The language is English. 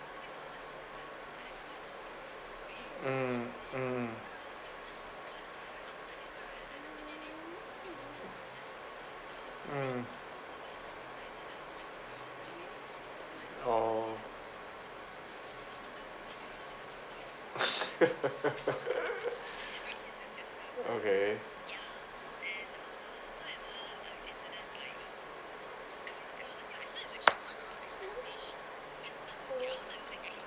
mm mm mm oh okay